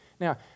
Now